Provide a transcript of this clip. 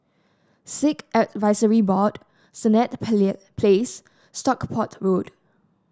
Sikh Advisory Board Senett Place Stockport Road